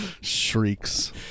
Shrieks